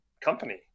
company